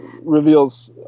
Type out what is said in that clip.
reveals